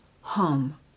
home